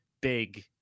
big